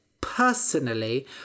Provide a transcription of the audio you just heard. Personally